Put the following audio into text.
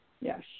Yes